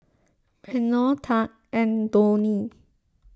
Reino Tahj and Donnie